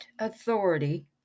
authority